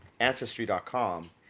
Ancestry.com